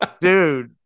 dude